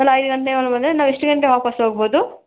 ಅಲ್ಲ ಐದು ಗಂಟೆಗೆ ಅಲ್ಲಿ ಬಂದರೆ ನಾವು ಎಷ್ಟು ಗಂಟೆ ವಾಪಸ್ ಹೋಗ್ಬೋದು